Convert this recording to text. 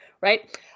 Right